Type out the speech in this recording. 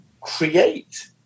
create